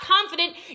confident